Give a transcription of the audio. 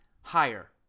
higher